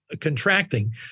contracting